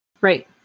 Right